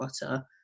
Butter